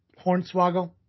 Hornswoggle